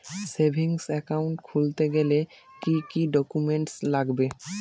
Savings account খুলতে গেলে কি কি ডকুমেন্টস লাগবে?